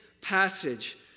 passage